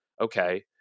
okay